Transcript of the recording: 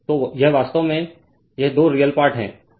तो यह वास्तव में यह दो रियल पार्ट हैं